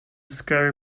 scary